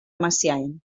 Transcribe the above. messiaen